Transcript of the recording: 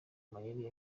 mayeri